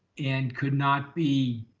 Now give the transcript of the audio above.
and could not be,